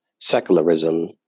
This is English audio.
secularism